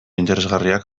interesgarriak